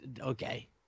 Okay